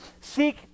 Seek